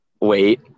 Wait